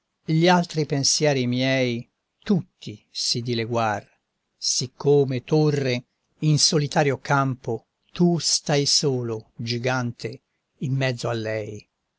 gli altri pensieri miei tutti si dileguàr siccome torre in solitario campo tu stai solo gigante in mezzo a lei